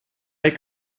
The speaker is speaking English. like